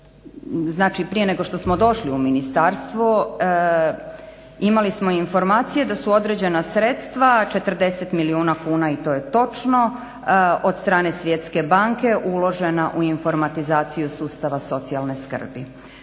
znači prije nego što smo došli u ministarstvo imali smo informacije da su određena sredstva, 40 milijuna kuna i to je točno od strane Svjetske banke uložena u informatizaciju sustava socijalne skrbi.